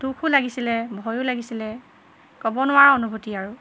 দুখো লাগিছিলে ভয়ো লাগিছিলে ক'ব নোৱাৰা অনুভূতি আৰু